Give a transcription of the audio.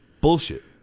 Bullshit